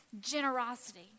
generosity